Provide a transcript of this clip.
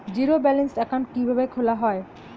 Zero balance account কিভাবে খোলা হয়?